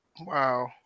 Wow